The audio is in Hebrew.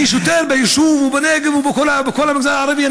אני שוטר ביישוב ובנגב, בכל המגזר הערבי.